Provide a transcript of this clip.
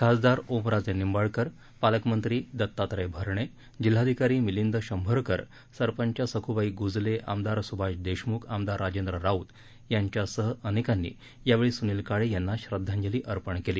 खासदार ओमराजे निंबाळकर पालकमंत्री दत्तात्रय भरणे जिल्हाधिकारी मिलिंद शंभरकर सरपंच सखुबाई गुजले आमदार सुभाष देशमुख आमदार राजेंद्र राऊत यांच्या सह अनेकांनी यावेळी सुनील काळे यांना श्रद्वांजली अर्पण केली